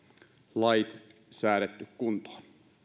lait säädetty kuntoon